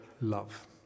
love